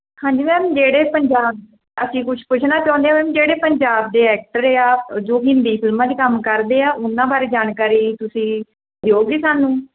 ਹਾਂਜੀ ਮੈਮ ਜਿਹੜੇ ਪੰਜਾਬ ਅਸੀਂ ਕੁਛ ਪੁੱਛਣਾ ਚਾਹੁੰਦੇ ਮੈਮ ਜਿਹੜੇ ਪੰਜਾਬ ਦੇ ਐਕਟਰ ਆ ਅ ਜੋ ਹਿੰਦੀ ਫਿਲਮਾਂ 'ਚ ਕੰਮ ਕਰਦੇ ਆ ਉਹਨਾਂ ਬਾਰੇ ਜਾਣਕਾਰੀ ਤੁਸੀਂ ਦਿਓਗੇ ਸਾਨੂੰ